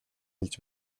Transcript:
хэлж